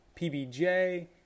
PBJ